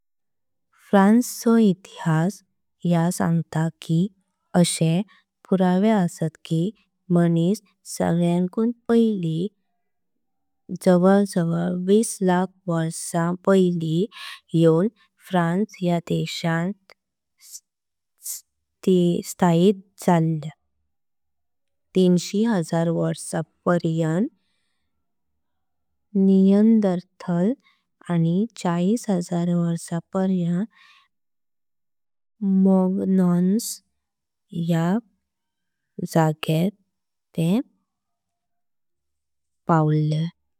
फ्रान्स सो इतिहास या सांगता कि अशे पुरावे आसात। कि मानिस सगळ्यांकुन पायली जावळ जावळ वीस लाख। वर्षां पायली येउन फ्रान्स या देशां स्थायी। त झाले तीनशे हजार वर्षां पर्यंत निअँडरथल आनी चाळीस। हजार वर्षां पर्यंत मॅग्नन्स या जाग्यार पाव्ले।